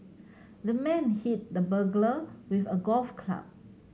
the man hit the burglar with a golf club